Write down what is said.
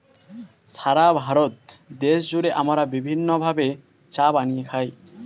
সারা ভারত দেশ জুড়ে আমরা বিভিন্ন ভাবে চা বানিয়ে খাই